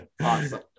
Awesome